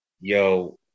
yo